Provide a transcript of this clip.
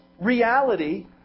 reality